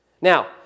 Now